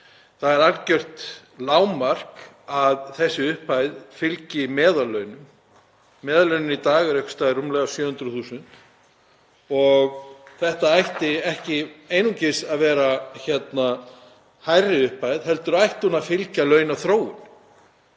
Það er algjört lágmark að þessi upphæð fylgi meðallaunum. Meðallaunin í dag eru rúmlega 700.000 og þetta ætti ekki einungis að vera hærri upphæð heldur ætti hún að fylgja launaþróun.